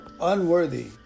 unworthy